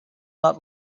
not